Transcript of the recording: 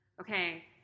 okay